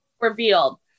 revealed